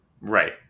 Right